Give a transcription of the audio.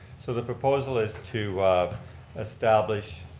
so the proposal is to establish